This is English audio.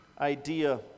idea